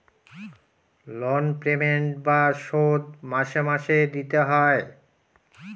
loan payment বা শোধ মাসে মাসে দিতে হয়